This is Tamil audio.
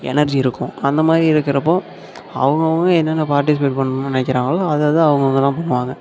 எனர்ஜி இருக்கும் அந்த மாதிரி இருக்கிறப்போ அவங்கவுங்க என்னென்ன பார்ட்டிசிபேட் பண்ணணும் நினைக்கிறாங்களோ அதை அதை அவங்கவுங்க தான் பண்ணுவாங்க